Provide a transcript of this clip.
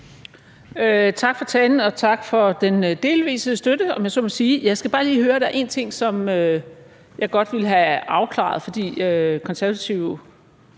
Tak for talen, og tak for den delvise støtte, om jeg så må sige. Jeg skal bare lige høre noget; der er en ting, jeg godt vil have afklaret. De Konservative